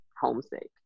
homesick